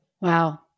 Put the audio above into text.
Wow